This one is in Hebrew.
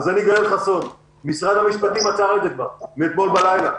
אגלה לך סוד: משרד המשפטים עצר את זה כבר מאתמול בלילה,